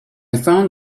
found